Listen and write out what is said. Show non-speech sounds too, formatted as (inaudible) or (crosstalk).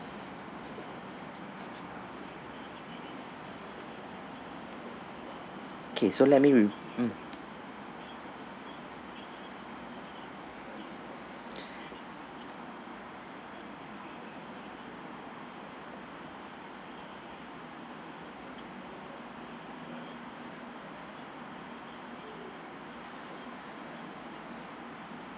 okay so let me re~ mm (breath)